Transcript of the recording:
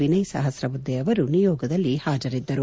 ವಿನಯ್ ಸಹಕ್ರಬುದ್ದಿ ಅವರು ನಿಯೋಗದಲ್ಲಿ ಹಾಜರಿದ್ದರು